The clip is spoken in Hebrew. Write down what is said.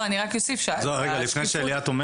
טוב שפתחנו עם קארין, היה לי מאוד חשוב